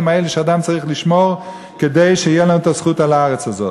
האלה שאדם צריך לשמור כדי שתהיה לנו הזכות על הארץ הזאת.